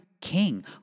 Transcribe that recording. king